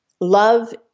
love